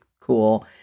cool